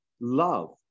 love